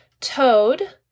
toad